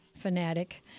fanatic